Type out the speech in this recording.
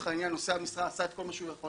העניין נושא המשרה עשה את מה שהוא יכול,